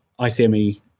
ICME